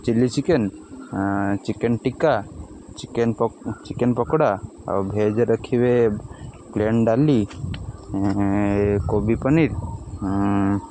chilli chicken chicken tikka chicken chicken pakora ଆଉ ଭେଜ୍ରେ ରଖିବେ ପ୍ଲେନ୍ ଡାଲି କୋବି ପନିର୍